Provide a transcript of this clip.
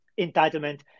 entitlement